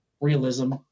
realism